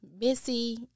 Missy